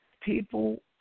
people